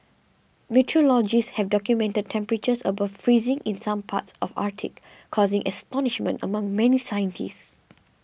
meteorologists have documented temperatures above freezing in some parts of the Arctic causing astonishment among many scientists